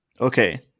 Okay